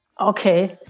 Okay